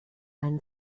einen